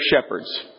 shepherds